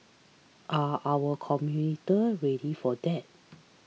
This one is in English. are our commuter ready for that